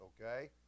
okay